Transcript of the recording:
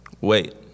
Wait